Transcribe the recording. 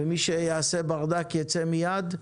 ומי שיעשה ברדק יצא מיד.